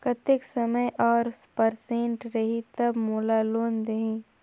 कतेक समय और परसेंट रही तब मोला लोन देही?